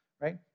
right